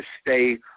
stay